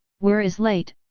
weir is late,